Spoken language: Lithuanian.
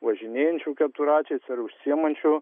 važinėjančių keturračiais ir užsiimančių